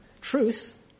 truth